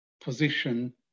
position